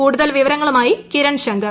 കൂടുതൽ വിവരങ്ങളുമായി കിരൺ ശങ്കർ